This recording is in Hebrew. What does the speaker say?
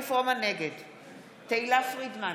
נגד תהלה פרידמן,